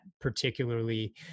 particularly